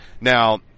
Now